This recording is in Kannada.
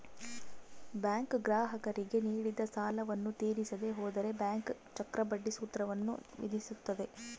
ಬ್ಯಾಂಕ್ ಗ್ರಾಹಕರಿಗೆ ನೀಡಿದ ಸಾಲವನ್ನು ತೀರಿಸದೆ ಹೋದರೆ ಬ್ಯಾಂಕ್ ಚಕ್ರಬಡ್ಡಿ ಸೂತ್ರವನ್ನು ವಿಧಿಸುತ್ತದೆ